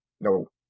No